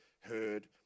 heard